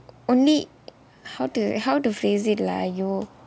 only how to how to phrase it lah !aiyo!